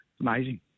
amazing